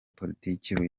politiki